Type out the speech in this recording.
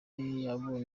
yabonye